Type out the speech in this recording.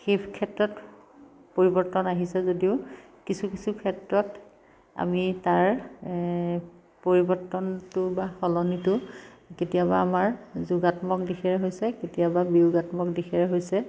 সেই ক্ষেত্ৰত পৰিৱৰ্তন আহিছে যদিও কিছু কিছু ক্ষেত্ৰত আমি তাৰ পৰিৱৰ্তনটো বা সলনিটো কেতিয়াবা আমাৰ যোগাত্মক দিশেৰে হৈছে কেতিয়াবা বিয়োগাত্মক দিশেৰে হৈছে